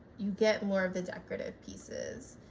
you get more of the decorative pieces.